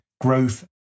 growth